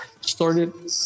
started